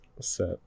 set